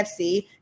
FC